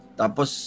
tapos